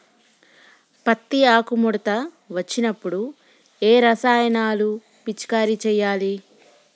పత్తి ఆకు ముడత వచ్చినప్పుడు ఏ రసాయనాలు పిచికారీ చేయాలి?